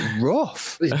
rough